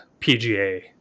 PGA